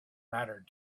mattered